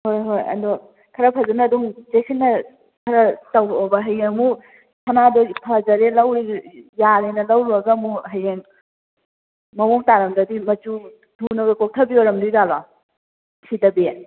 ꯍꯣꯏ ꯍꯣꯏ ꯑꯗꯣ ꯈꯔ ꯐꯖꯅ ꯑꯗꯨꯝ ꯆꯦꯛꯁꯤꯟꯅ ꯈꯔ ꯇꯧꯔꯛꯑꯣꯕ ꯍꯌꯦꯡ ꯑꯃꯨꯛ ꯁꯅꯥꯗꯣ ꯐꯖꯔꯦ ꯂꯧꯔꯒꯦ ꯌꯥꯔꯦꯅ ꯂꯧꯔꯨꯔꯒ ꯑꯃꯨꯛ ꯍꯌꯦꯡ ꯃꯑꯣꯡ ꯇꯥꯔꯝꯗ꯭ꯔꯗꯤ ꯃꯆꯨ ꯊꯨꯅꯒ ꯀꯣꯛꯊꯕꯤ ꯑꯣꯏꯔꯝꯗꯣꯏꯖꯥꯠꯂꯣ ꯁꯤꯊꯕꯤ